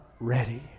ready